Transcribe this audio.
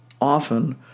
often